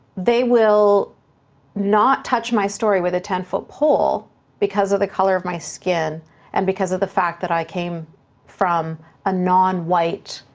they will not touch my story with a ten foot pole because of the color of my skin and because of the fact that i came from a non-white,